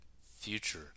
future